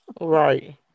Right